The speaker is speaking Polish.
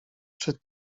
czy